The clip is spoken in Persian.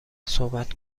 صحبت